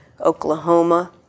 Oklahoma